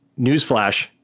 newsflash